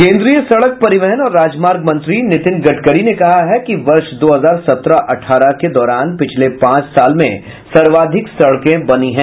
केंद्रीय सड़क परिवहन और राजमार्ग मंत्री नितिन गडकरी ने कहा है कि वर्ष दो हजार सत्रह अठारह के दौरान पिछले पांच साल में सर्वाधिक सड़कें बनी हैं